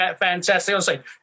Fantastic